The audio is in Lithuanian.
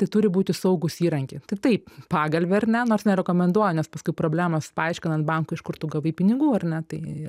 tai turi būti saugūs įrankiai tai taip pagalvė ar ne nors nerekomenduoja nes paskui problemos paaiškinant bankui iš kur tu gavai pinigų ar ne tai